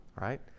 right